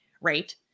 right